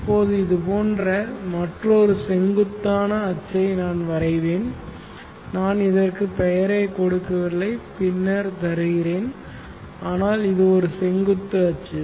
இப்போது இது போன்ற மற்றொரு செங்குத்தான அச்சை நான் வரைவேன் நான் இதற்கு பெயரை கொடுக்கவில்லை பின்னர் தருகிறேன் ஆனால் இது ஒரு செங்குத்து அச்சு